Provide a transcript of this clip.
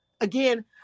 Again